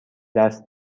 دست